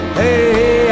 hey